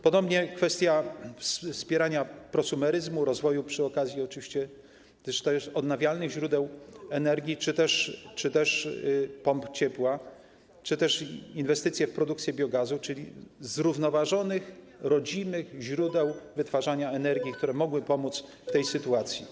Podobnie kwestia wspierania prosumeryzmu, rozwoju, przy okazji oczywiście, odnawialnych źródeł energii czy pomp ciepła, czy też inwestycji w produkcję biogazu, czyli zrównoważonych rodzimych źródeł wytwarzania energii, które mogłyby pomóc w tej sytuacji.